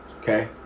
Okay